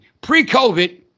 Pre-COVID